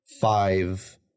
five